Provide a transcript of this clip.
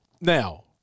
Now